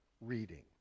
reading